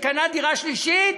שקנה דירה שלישית,